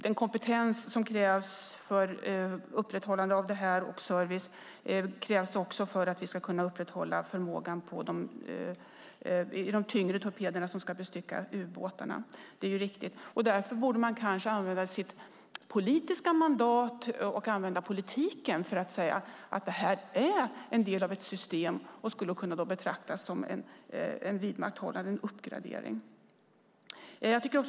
Den kompetens som krävs för upprätthållande av service av detta krävs också för att upprätthålla förmågan på de tyngre torpederna som ska bestycka ubåtarna. Detta är riktigt. Därför borde man kanske använda sitt politiska mandat och politiken för att säga att detta är en del av ett system och skulle kunna betraktas som ett vidmakthållande, en uppgradering.